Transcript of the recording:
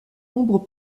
nombre